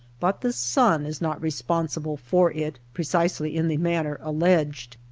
but the sun is not responsible for it precisely in the manner alleged.